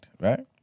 right